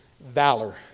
valor